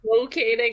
locating